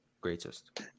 Greatest